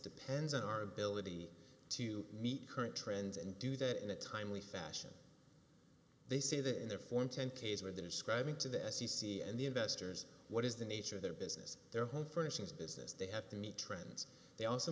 depends on our ability to meet current trends and do that in a timely fashion they see that in their form ten k s were describing to the s e c and the investors what is the nature of their business their home furnishings business they have to meet trends they also